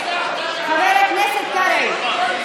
חבר הכנסת קרעי.